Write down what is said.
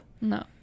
no